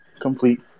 complete